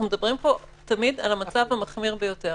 אנחנו מדברים פה תמיד על המצב המחמיר ביותר